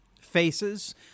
Faces